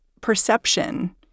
perception